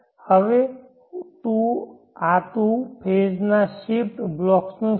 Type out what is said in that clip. હવે આ તું ફેઝ ના શિફ્ટ બ્લોક્સનું શું